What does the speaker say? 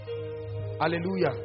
Hallelujah